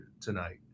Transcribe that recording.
tonight